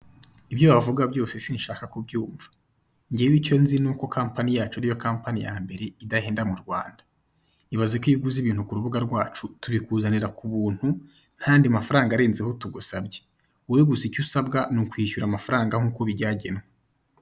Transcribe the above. Ibyo wavuga byose sinshaka kubyumva njyewe icyo nzi nuko company yacu ariyo company yambere idahenda mu Rwanda ibaze ko iyo uguze ibintu ku rubuga rwacu tubikuzanira ku buntu ntayandi mafaranga arenzeho tugusabye wowe gusa icyo usabwa ni ukwishyura amafaranga nkuko byagenwe.